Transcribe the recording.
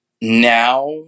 now